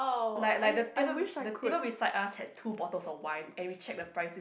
like like the table the table beside us had two bottles of wine and we check the price is